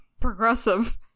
progressive